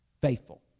Faithful